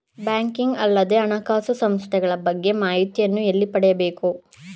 Banking ಅಲ್ಲದ ಹಣಕಾಸು ಸಂಸ್ಥೆಗಳ ಬಗ್ಗೆ ಮಾಹಿತಿಯನ್ನು ಎಲ್ಲಿ ಪಡೆಯಬೇಕು?